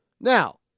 now